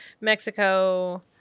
Mexico